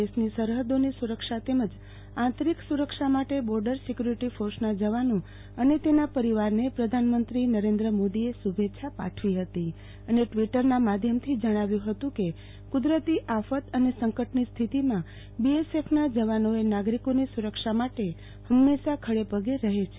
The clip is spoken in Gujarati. દેશની સરહદોની સુરક્ષા તેમ આંતરિક સુરક્ષા માટે બોર્ડર સિક્વુરીટી ફોર્સના જવાનો અને તેના પરિવારને પ્રધાનમંત્રી નરેન્દ્ર મોદીએ શુ ભેચ્છા પાઠવી હતી અને ટ્વીટરના માધ્યમથી જણાવ્યુ હતું કે કુદરતી આફત અને સંકટની સ્થિતિમાં બીએસએફના જવાનો એ નાગરિકોની સુ રક્ષા માટે હંમેશા ખડાપગે રહે છે